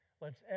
lets